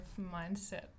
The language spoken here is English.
mindset